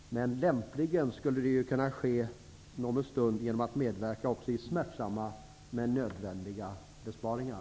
Det skulle lämpligen kunna ske om en stund genom att ni medverkade också till smärtsamma men nödvändiga besparingar.